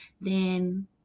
then-